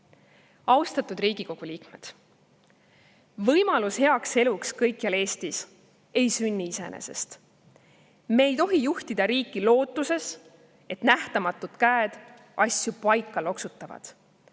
Austatud Riigikogu liikmed! Võimalus heaks eluks kõikjal Eestis ei sünni iseenesest. Me ei tohi juhtida riiki lootuses, et nähtamatud käed asju paika loksutavad,